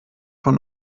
von